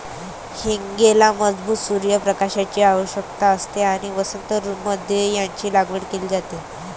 हींगेला मजबूत सूर्य प्रकाशाची आवश्यकता असते आणि वसंत मध्ये याची लागवड केली जाते